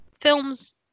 films